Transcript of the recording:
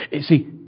See